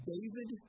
David